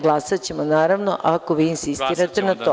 Glasaćemo, naravno, ako vi insistirate na tome.